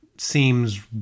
Seems